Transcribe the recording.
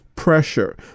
Pressure